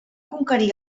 conquerir